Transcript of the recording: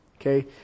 Okay